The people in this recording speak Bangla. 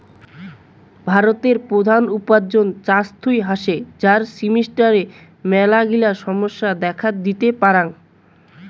ভারতের প্রধান উপার্জন চাষ থুই হসে, যার সিস্টেমের মেলাগিলা সমস্যা দেখাত দিতে পারাং